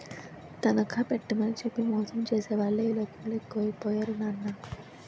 తనఖా పెట్టేమని చెప్పి మోసం చేసేవాళ్ళే ఈ లోకంలో ఎక్కువై పోయారు నాన్నా